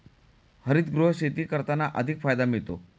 हरितगृह शेती करताना अधिक फायदा मिळतो